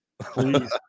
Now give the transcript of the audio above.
Please